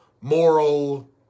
moral